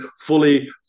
fully